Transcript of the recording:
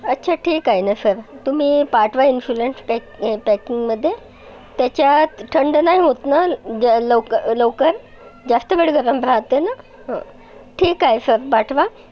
अच्छा ठीक आहे ना सर तुम्ही पाठवा इन्स्युलंट पॅक पॅकिंगमध्ये त्याच्यात थंड नाही होत ना द लव लवकर जास्त वेळ गरम राहते ना ठीक आहे सर पाठवा